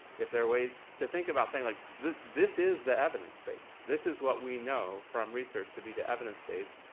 if there are ways to think about saying, like this is the evidence base. this is what we know from research to be the evidence base,